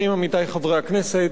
עמיתי חברי הכנסת,